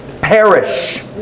perish